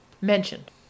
mentioned